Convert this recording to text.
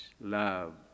love